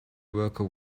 worker